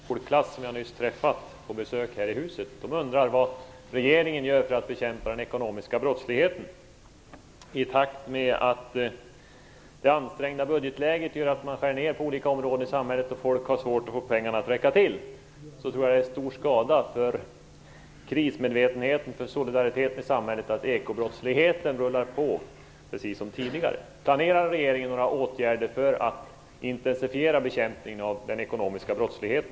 Herr talman! Jag vill vidarebefordra en fråga till statsministern från elever i en skolklass som jag nyss har träffat. De var på besök här i huset. De undrar vad regeringen gör för att bekämpa den ekonomiska brottsligheten. Det ansträngda budgetläget gör att man skär ned på olika områden i samhället. Folk har svårt att få pengarna att räcka till. Då tror jag att det är en stor fara för krismedvetandet och solidariteten i samhället att ekobrottsligheten rullar på precis som tidigare.